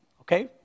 okay